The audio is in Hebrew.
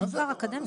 גם תואר אקדמי,